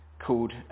called